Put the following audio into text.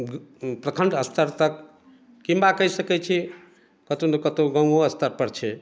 प्रखण्ड स्तर तक किनबा कहि सकैत छी कतहुँ ने कतहुँ गाँवो स्तर पर छै